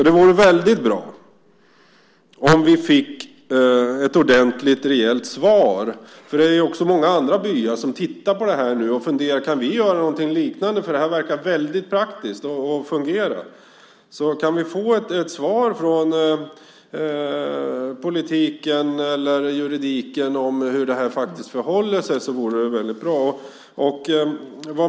Det vore väldigt bra om vi kunde få ett ordentligt svar. Det är ju också många andra byar som nu tittar på det här och undrar: Kan vi göra någonting liknande, för det här verkar väldigt praktiskt, och det fungerar? Så om vi kunde få ett svar från politiken eller juridiken om hur det här faktiskt förhåller sig vore det väldigt bra.